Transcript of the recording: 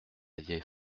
vieille